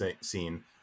scene